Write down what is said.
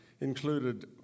included